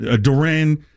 Duran